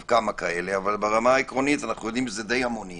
אבל ברמה העקרונית זה די המוני